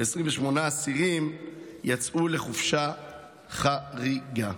28 אסירים יצאו לחופשה חריגה.